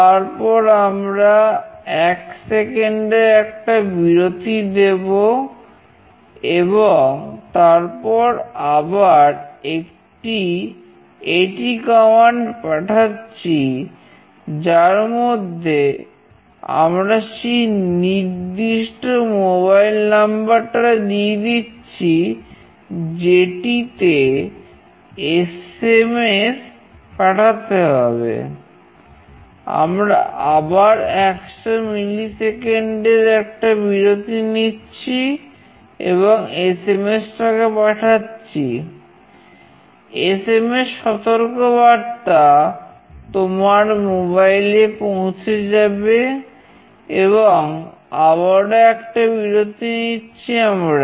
তারপর আমরা এক সেকেন্ডের এ পৌঁছে যাবে এবং আবারো একটা বিরতি নিচ্ছি আমরা